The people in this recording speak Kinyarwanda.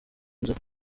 inzobe